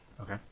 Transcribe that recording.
Okay